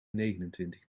negenentwintig